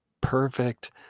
perfect